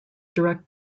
direct